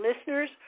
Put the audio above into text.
listeners